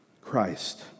Christ